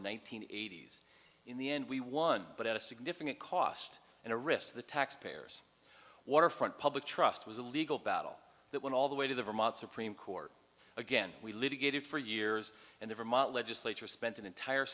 hundred eighty s in the end we won but at a significant cost and a risk to the taxpayers waterfront public trust was a legal battle that went all the way to the vermont supreme court again we litigated for years and the vermont legislature spent an entire